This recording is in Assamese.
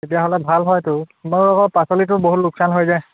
তেতিয়াহ'লে ভাল হয় তোৰ মোৰ আকৌ পাচলিটো বহুত লোকচান হৈ যায়